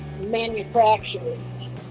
manufacturing